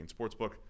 Sportsbook